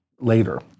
later